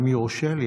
אם יורשה לי,